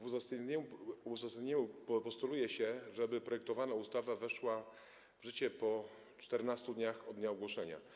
W uzasadnieniu postuluje się, żeby projektowana ustawa weszła w życie po 14 dniach od dnia ogłoszenia.